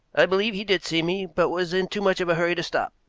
i believe he did see me, but was in too much of a hurry to stop.